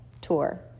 tour